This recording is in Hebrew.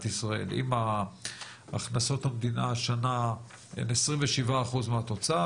ישראל' אם הכנסות המדינה השנה הן 27% מהתוצר,